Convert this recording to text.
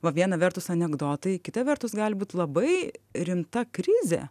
va viena vertus anekdotai kita vertus gali būt labai rimta krizė